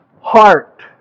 heart